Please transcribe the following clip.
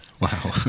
Wow